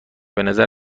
بنظر